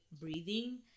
breathing